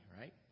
right